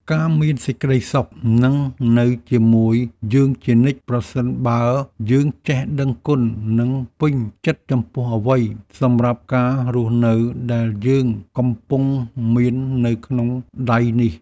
ការមានសេចក្ដីសុខនឹងនៅជាមួយយើងជានិច្ចប្រសិនបើយើងចេះដឹងគុណនិងពេញចិត្តចំពោះអ្វីសម្រាប់ការរស់នៅដែលយើងកំពុងមាននៅក្នុងដៃនេះ។